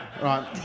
Right